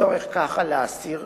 לצורך זה על עניינו של האסיר